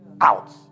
out